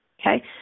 Okay